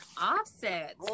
Offset